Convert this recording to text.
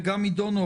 וגם יידונו,